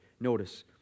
Notice